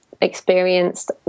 experienced